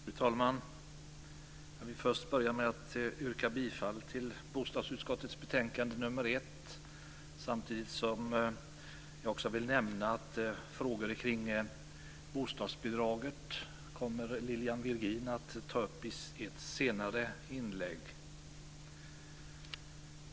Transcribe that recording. Fru talman! Jag vill först yrka bifall till förslaget i bostadsutskottets betänkande nr 1. Samtidigt vill jag också nämna att Lilian Virgin kommer att ta upp frågor kring bostadsbidraget i ett senare inlägg.